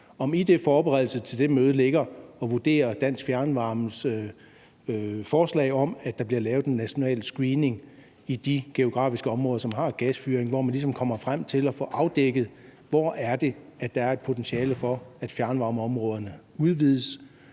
der i forberedelsen til det møde ligger at vurdere Dansk Fjernvarmes forslag om at lave en national screening i de geografiske områder, hvor der er gasfyring, så man ligesom kommer frem til at få afdækket, hvor der er et potentiale for, at områderne med